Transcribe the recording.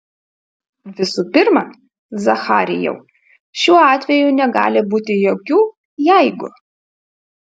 visų pirma zacharijau šiuo atveju negali būti jokių jeigu